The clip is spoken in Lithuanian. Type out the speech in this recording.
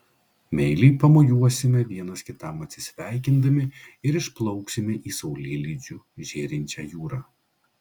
meiliai pamojuosime vienas kitam atsisveikindami ir išplauksime į saulėlydžiu žėrinčią jūrą